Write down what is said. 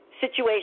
situation